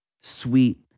sweet